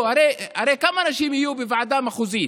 הרי כמה אנשים יהיו בוועדה המחוזית?